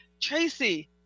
Tracy